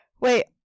Wait